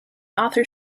author